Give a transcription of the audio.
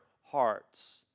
hearts